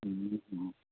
ए अँ